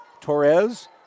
Torres